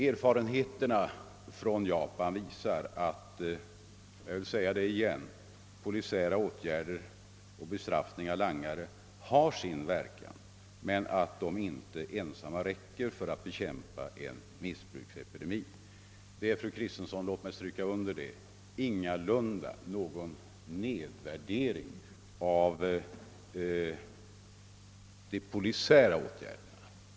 Erfarenheterna från Japan visar — jag vill säga det igen — att polisiära åtgärder och bestraffning av langare har sin verkan men att de inte ensamma räcker för att bekämpa en missbruksepidemi. Det är, fru Kristensson — låt mig stryka under det — ingalunda någon nedvärdering av de polisiära åtgärderna.